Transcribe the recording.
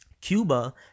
Cuba